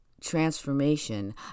transformation